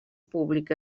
públic